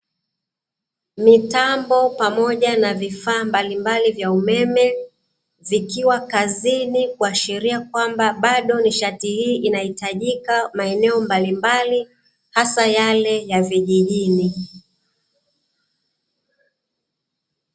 Mitambo pamoja na vifaa mbalimbali vya umeme, vikiwa kazini kuashiria kwamba bado nishati hii inahitajika maeneo mbalimbali, hasa yale ya vijijini.